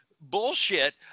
bullshit